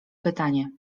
pytanie